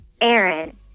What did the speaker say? Aaron